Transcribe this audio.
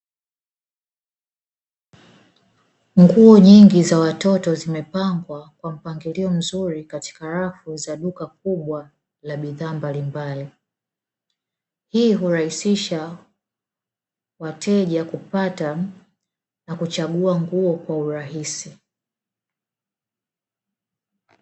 Nguo nyingi za watoto zimepangwa kwa mpangilio mzuri katika rafu za duka kubwa la bidhaa mbali mbali hii hurahisisha wateja kupata na kuchagua nguo kwa urahisi.